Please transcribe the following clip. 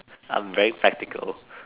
I'm very practical